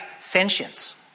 sentience